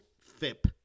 FIP